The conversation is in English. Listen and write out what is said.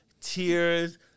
tears